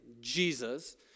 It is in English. Jesus